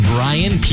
Brian